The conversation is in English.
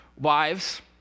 wives